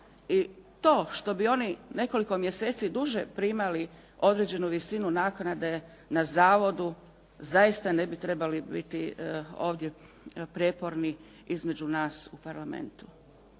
i to što bi oni nekoliko mjeseci duže primali određenu visinu naknade na zavodu zaista ne bi trebali biti ovdje prijeporni između nas u Parlamentu.